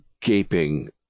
gaping